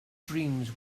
dreams